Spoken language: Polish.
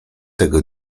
tego